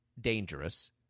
dangerous